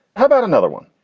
how about another one?